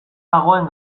dagoen